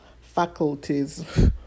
faculties